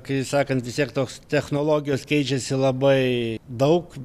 kai sakant vis tiek tos technologijos keičiasi labai daug